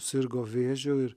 sirgo vėžiu ir